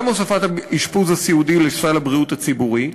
גם הוספת האשפוז הסיעודי לסל הבריאות הציבורי,